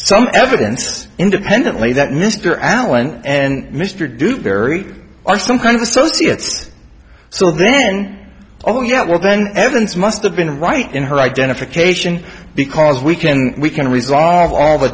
some evidence independently that mr allen and mr dewberry are some kind of associates so then oh yeah well then evidence must have been right in her identification because we can we can resolve all the